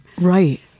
Right